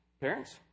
Parents